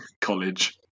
college